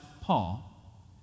Paul